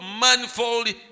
manifold